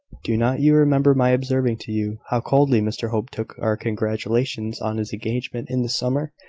do not you remember my observing to you, how coldly mr hope took our congratulations on his engagement in the summer?